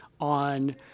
on